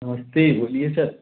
नमस्ते बोलिए सर